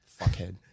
fuckhead